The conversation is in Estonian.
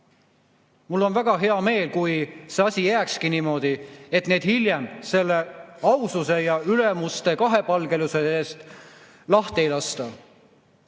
Mul oleks väga hea meel, kui see asi jääkski niimoodi, et neid hiljem selle aususe eest ja ülemuste kahepalgelisuse tõttu lahti ei lasta.